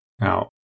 Now